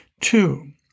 Two